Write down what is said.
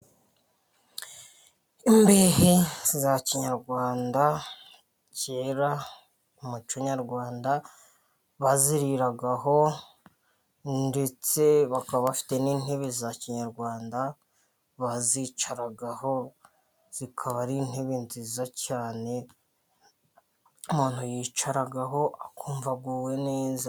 Imbehe za kinyarwanda, kera mu muco nyarwanda baziriragaho ndetse bakaba bafite n'intebe za kinyarwanda, bazicaragaho zikaba ari intebe nziza cyane, umuntu yicaraho akumva aguwe neza.